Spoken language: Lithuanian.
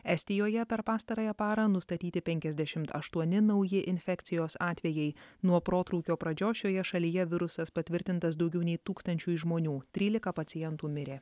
estijoje per pastarąją parą nustatyti penkiasdešim aštuoni nauji infekcijos atvejai nuo protrūkio pradžios šioje šalyje virusas patvirtintas daugiau nei tūkstančiui žmonių trylika pacientų mirė